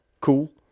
cool